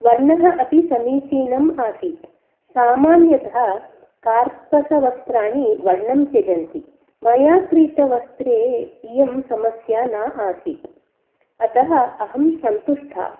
वर्णः अपि समीचीनम् आसीत् सामान्यतः कार्पसवस्त्राणि वर्णं त्यजन्ति मया क्रीतवस्त्रे इयं समस्या न आसीत् अतः अहं सन्तुष्टा